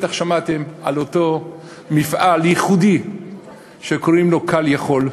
בטח שמעתם על אותו מפעל ייחודי שנקרא "call יכול".